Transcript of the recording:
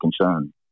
concern